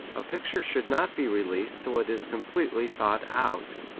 a picture should not be released till it is completely thought out.